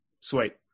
sweet